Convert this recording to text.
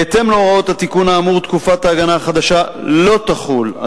בהתאם להוראות התיקון האמור תקופת ההגנה החדשה לא תחול על